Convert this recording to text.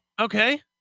Okay